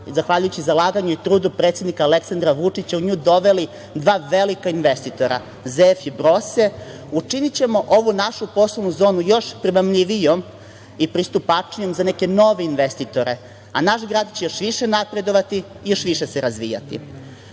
zahvaljujući zalaganju i trudu predsednika Aleksandra Vučića u nju doveli dva velika investitora "ZF" i "Brose", učinićemo ovu našu poslovnu zonu još primamljivijom i pristupačnijom za neke nove investitore, a naš grad će još više napredovati i još više se razvijati. Podsetiću